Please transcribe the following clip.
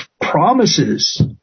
promises